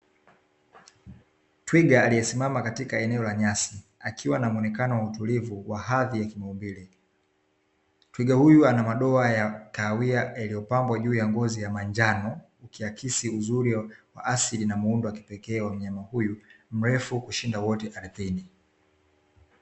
Twiga aliesimama katika eneo la nyasi akiwa na muonekano wa utulivu wa hadhi ya kimaumbile, Twiga huyu anamadoa ya kahawia yaliyopambwa juu ya ngozi ya manjano, ikiakisi uzuri wa asili na muundo wa kipekee wa mnyama huyu mrefu kushinda wote ardhini.